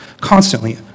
Constantly